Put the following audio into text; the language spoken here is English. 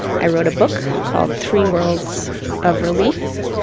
i wrote a book called three worlds of relief,